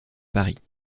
paris